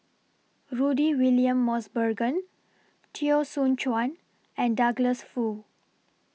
Rudy William Mosbergen Teo Soon Chuan and Douglas Foo